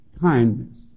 kindness